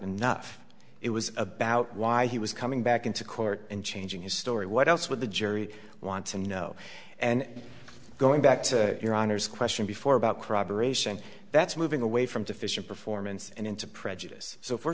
enough it was about why he was coming back into court and changing his story what else would the jury want to know and going back to your honor's question before about corroboration that's moving away from deficient performance and into prejudice so if we're